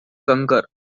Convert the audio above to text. concur